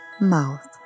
mouth